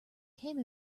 came